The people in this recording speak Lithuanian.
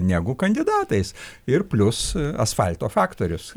negu kandidatais ir plius asfalto faktorius